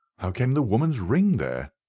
how came the woman's ring there?